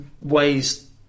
ways